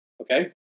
Okay